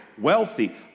wealthy